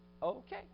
Okay